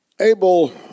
Abel